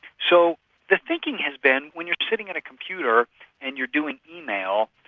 so the thinking has been when you're sitting at a computer and you're doing email,